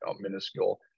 minuscule